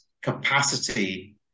capacity